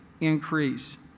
increase